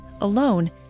alone